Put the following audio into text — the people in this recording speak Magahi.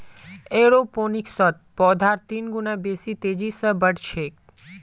एरोपोनिक्सत पौधार तीन गुना बेसी तेजी स बढ़ छेक